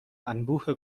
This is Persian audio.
انبوه